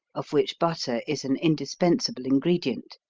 of which butter is an indispensable ingredient,